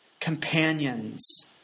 companions